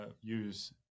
use